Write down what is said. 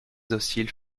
hostiles